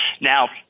Now